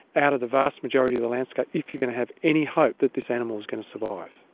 out of the vast majority of the landscape if you're going to have any hope that this animal is going to survive.